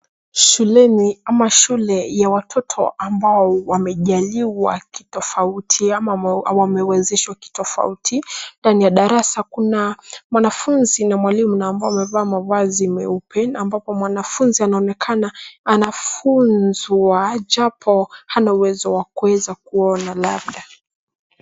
Shuleni ama shule ya watoto ambao wamejaliwa kitofauti ama wamewezeshwa kitofauti. Ndani ya darasa kuna mwanafunzi na mwalimu na ambao wamevaa mavazi meupe na ambapo mwanafunzi anaonekana anafunzwa japo hana uwezo wa kuweza kuona labda.